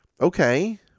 Okay